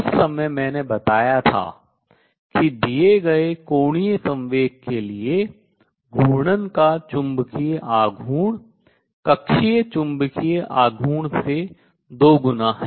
उस समय मैंने बताया था कि दिए गए कोणीय संवेग के लिए घूर्णन का चुंबकीय आघूर्ण कक्षीय चुंबकीय आघूर्ण से दोगुना है